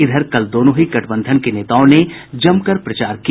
इधर कल दोनों ही गठबंधन के नेताओं ने जमकर प्रचार किया